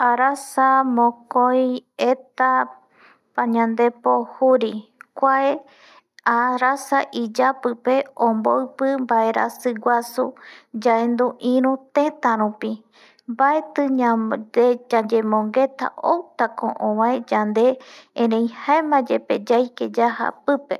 Arasa mokoieta pañandepo juri, kua arsa iyapi pe omboipi vaerasi guasu yandu iru teta rupi mbaeti yayemongueta tei outava ovae yande erei jaema yepe yaike yaja pupe